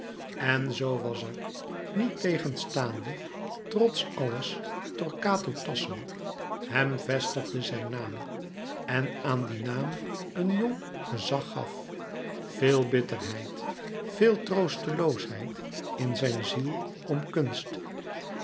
en zoo was er niettegenstaande trots alles torquato tasso hem vestigde zijn naam en aan dien naam een jong gezag gaf veel bitterheid veel troosteloosheid in zijn ziel om kunst